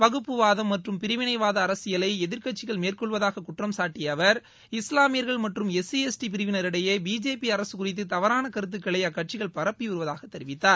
வகுப்புவாதம் மற்றும் பிரிவிதைவாத அரசியலை எதிர்கட்சிகள் மேற்கொள்வதாக குற்றம் சாட்டிய அவர் இஸ்லாமியர்கள் மற்றும் எஸ்சி எஸ்டி பிரிவினரிடையே பிஜேபி அரசு குறித்து தவறான கருத்துகளை அக்கட்சிகள் பரப்பி வருவதாக தெரிவித்தார்